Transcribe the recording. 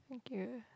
okay